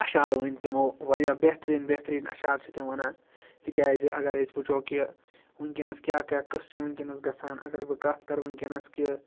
اَشعار ؤنۍ تِمو واریاہ بہتریٖن بہتریٖن اَشعار چھِ تِم وَنان تکیازِ اَگَر أسۍ وٕچھو کہِ وٕنۍکٮ۪نَس کیاہ کیاہ قٕصہٕ چھِ وٕنۍکٮ۪نَس گَژھان اَگر بہٕ کَتھ کَرٕ وٕنۍکٮ۪نَس کہِ